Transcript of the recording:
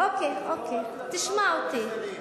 אוקיי, תשמע אותי.